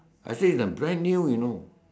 I say is a brand new you know